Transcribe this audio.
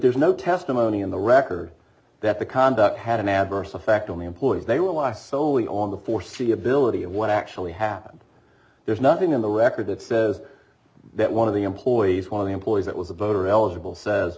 there's no testimony in the record that the conduct had an adverse effect on the employees they rely solely on the foreseeability of what actually happened there's nothing in the record that says that one of the employees one of the employees that was a voter eligible says